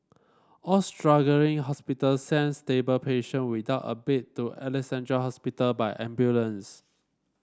all struggling hospitals sent stable patient without a bed to Alexandra Hospital by ambulance